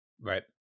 Right